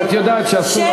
חברת הכנסת,